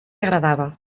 agradava